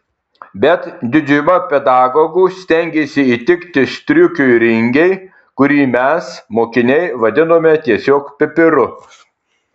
bet didžiuma pedagogų stengėsi įtikti striukiui ringei kurį mes mokiniai vadinome tiesiog pipiru